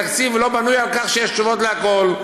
התקציב לא בנוי על כך שיש תשובות לכול.